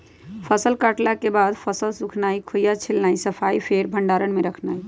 फसल कटला के बाद फसल सुखेनाई, खोइया छिलनाइ, सफाइ, फेर भण्डार में रखनाइ